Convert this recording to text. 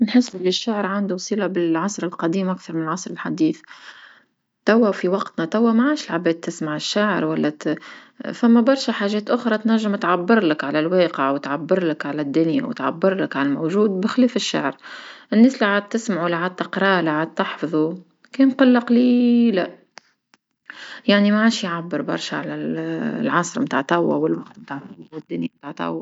نحس أن الشعر عنده صلة بالعصر القديم أكثر من العصر الحديث، توا في وقتنا توا ما عادش عباد تسمع الشاعر ولا ت- فما برشا حاجات أخرى تنجم تعبرلك على الواقع وتعبر لك على الدنيا وتعبر لك على الموجود بخلف الشعر، الناس اللي عاد تسمعه لا عاد تقرا لا عاد تحفظه كان قلة قليلة يعني ما عاش يعبر برشا على العصرة متاع توا، والوقت متع توا ودنيا متاع توا.